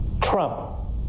Trump